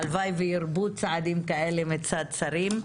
הלוואי וירבו צעדים כאלה מצד שרים,